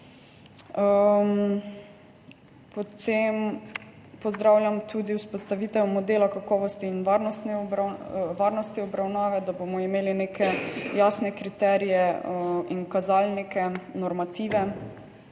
pozdravljam tudi vzpostavitev modela kakovosti in varnosti obravnave, da bomo imeli neke jasne kriterije in kazalnike, normative,